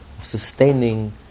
sustaining